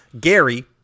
Gary